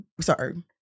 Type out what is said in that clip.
sorry